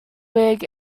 wig